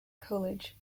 coolidge